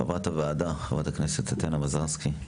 חברת הוועדה, חברת הכנסת טטיאנה מזרסקי.